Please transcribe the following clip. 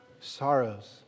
sorrows